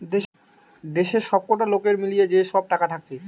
দেশের সবকটা লোকের মিলিয়ে যে সব টাকা থাকছে